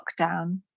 lockdown